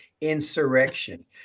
insurrection